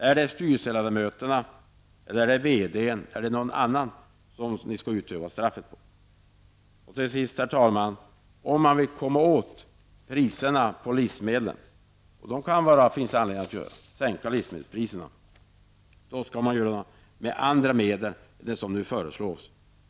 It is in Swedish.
Är det styrelseledamöter, verkställande direktören eller någon annan som ni skall utdöma straff för? Herr talman! Till sist vill jag säga att om man vill sänka priserna på livsmedlen, vilket det finns anledning att göra, skall man göra det med andra medel än med de medel som nu föreslås.